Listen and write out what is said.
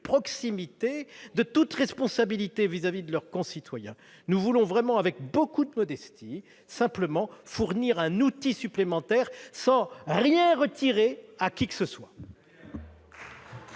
proximité de toute responsabilité vis-à-vis de leurs concitoyens. Nous voulons, avec beaucoup de modestie, fournir un outil supplémentaire, sans rien retirer à qui que ce soit.